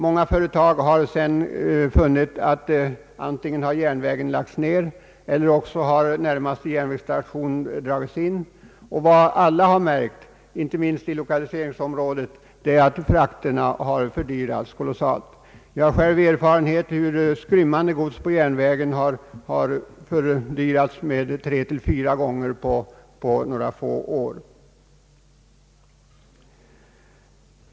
Många företag har sedan funnit att antingen har järnvägen lagts ner eller också har närmaste järnvägsstation dragits in. Vad alla konstaterat, inte minst inom lokaliseringsområdet, är att frakterna har fördyrats kolossalt. Jag har själv erfarenhet av hur kostnaderna för skrymmande gods på järnvägen har tretill fyradubblats under några få år.